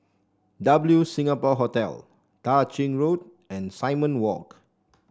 W Singapore Hotel Tah Ching Road and Simon Walk